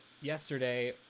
yesterday